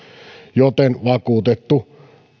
joten vakuutettu